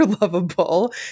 lovable